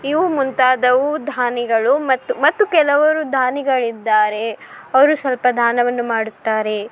ಇವು ಮುಂತಾದವು ದಾನಿಗಳು ಮತ್ತು ಮತ್ತು ಕೆಲವರು ದಾನಿಗಳಿದ್ದಾರೆ ಅವರು ಸ್ವಲ್ಪ ದಾನವನ್ನು ಮಾಡುತ್ತಾರೆ